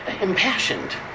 impassioned